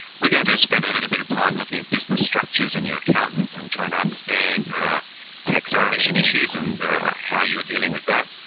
we're going to spend a little bit of time looking at business structures and your accountant and trying to understand taxation issues and how you're dealing with that.